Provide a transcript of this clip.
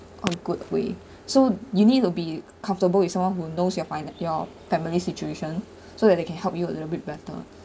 a good way so you need to be comfortable with someone who knows your finan~ your family situation so that they can help you a little bit better